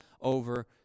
over